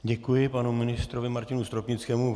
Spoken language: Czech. Děkuji panu ministrovi Martinu Stropnickému.